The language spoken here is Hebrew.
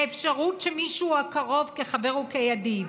האפשרות שמישהו הקרוב כחבר או כידיד,